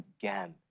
again